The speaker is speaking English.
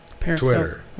Twitter